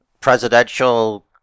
presidential